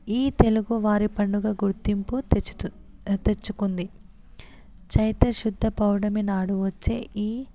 ఈ తెలుగు వారి పండుగ గుర్తింపు తెచ్చు తెచ్చుకుంది చైత్ర శుద్ధ పౌర్ణమి నాడు వచ్చే ఈ